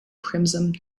crimson